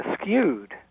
skewed